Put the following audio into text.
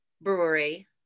brewery